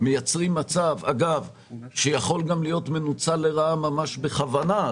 מייצרים מצב שיכול גם להיות מנוצל לרעה ממש בכוונה.